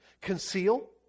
Conceal